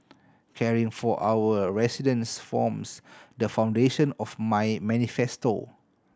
caring for our residents forms the foundation of my manifesto